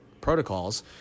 protocols